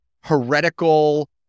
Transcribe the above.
heretical